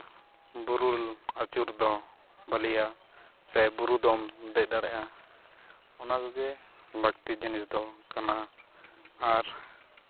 ᱵᱩᱨᱩ ᱟᱹᱪᱩᱨ ᱫᱚ ᱵᱷᱟᱹᱞᱤᱭᱟ ᱥᱮ ᱵᱩᱨᱩ ᱫᱚᱢ ᱫᱮᱡ ᱫᱟᱲᱮᱭᱟᱜᱼᱟ ᱚᱱᱟ ᱛᱮᱜᱮ ᱞᱟᱹᱠᱛᱤ ᱡᱤᱱᱤᱥ ᱫᱚ ᱠᱟᱱᱟ ᱟᱨ